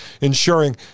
ensuring